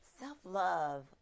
Self-love